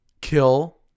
kill